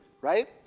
Right